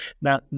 Now